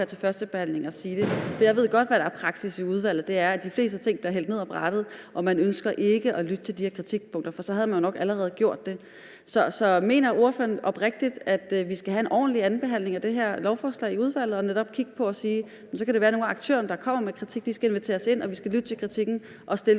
til førstebehandlingen og sige det, for jeg ved godt, hvad der er praksis i udvalget. Det er, at de fleste ting bliver hældt ned af brættet, og at man ikke ønsker at lytte til de kritikpunkter, for så havde man jo nok allerede gjort det. Så mener ordføreren oprigtigt, at vi skal have en ordentlig andenbehandling og behandling af det her lovforslag i udvalget og netop kigge på det og sige, at det kan være, at nogle af de aktører, der kommer med kritik, skal inviteres ind, og at vi skal lytte til kritikken og på